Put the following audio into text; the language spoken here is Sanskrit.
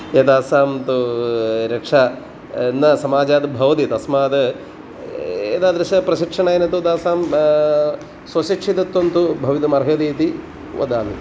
एतासां तु रक्षा न समाजाद्भवति तस्माद् एतादृशप्रशिक्षणेन तु तासां स्वशिक्षितत्वं तु भवितुम् अर्हति इति वदामि